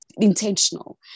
intentional